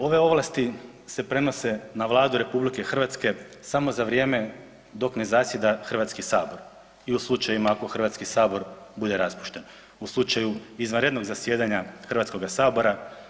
Ove ovlasti se prenose na Vladu Republike Hrvatske samo za vrijeme dok ne zasjeda Hrvatski sabor i u slučajevima ako Hrvatski sabor bude raspušten, u slučaju izvanrednog zasjedanja Hrvatskoga sabora.